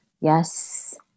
yes